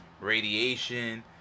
radiation